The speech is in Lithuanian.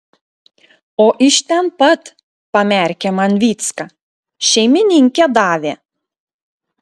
o iš ten pat pamerkė man vycka šeimininkė davė